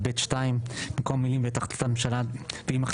4 נגד, 8 נמנעים, אין לא אושר.